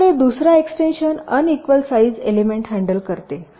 आपल्याकडे दुसरा extension unequal size element handle करते